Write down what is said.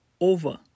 over